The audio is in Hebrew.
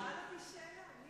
הוא שאל אותי שאלה.